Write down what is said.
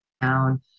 down